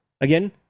again